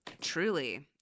Truly